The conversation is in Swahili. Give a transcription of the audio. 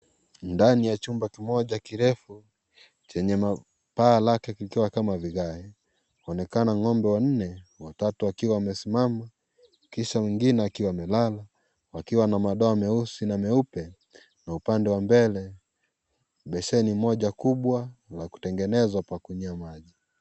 Ndani ya chumba kimoja kirefu Chenye paa lake likiwa kama vikae. Waonekana ng'ombe wanne , watatu wakiwa wamesimama kisha mwingine akiwa amelala. Wakiwa na madoa meusi na meupe na upande wa mbele beseni moja kubwa la kutengeneza pa kunywia maji.